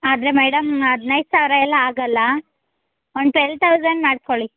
ಆದರೆ ಮೇಡಮ್ ಹದಿನೈದು ಸಾವಿರ ಎಲ್ಲ ಆಗೋಲ್ಲ ಒಂದು ಟ್ವೆಲ್ ತೌಸಂಡ್ ಮಾಡ್ಕೊಳ್ಳಿ